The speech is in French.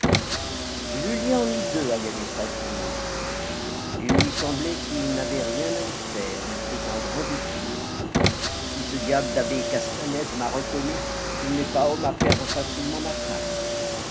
julien en mit deux à gagner strasbourg il lui semblait qu'il n'avait rien à y faire il prit un grand détour si ce diable d'abbé castanède m'a reconnu il n'est pas homme à perdre facilement ma trace